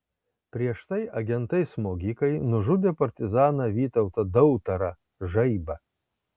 prieš tai agentai smogikai nužudė partizaną vytautą dautarą žaibą